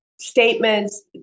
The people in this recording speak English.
statements